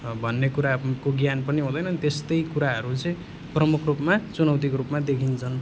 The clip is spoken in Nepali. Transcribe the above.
भन्ने कुराको ज्ञान पनि हुँदैन अनि त्यस्तै कुराहरू चाहिँ प्रमुख रूपमा चुनौतीको रूपमा देखिन्छन्